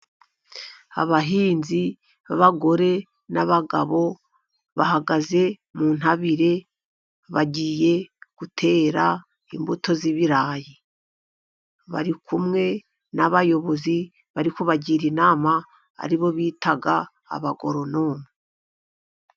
Abahinzi b'abagore n'abagabo bahagaze mu ntabire bagiye gutera imbuto y'ibirayi. Bari kumwe n'abayobozi, bari kubagira inama aribo bita abagoronome.